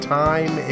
time